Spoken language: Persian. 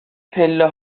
پله